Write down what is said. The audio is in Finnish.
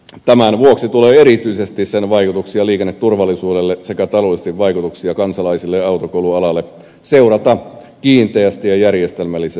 tämän vuoksi tulee erityisesti seurata kiinteästi ja järjestelmällisesti sen vaikutuksia liikenneturvallisuudelle sekä taloudellisia vaikutuksia kansalaisille ja autokoulualalle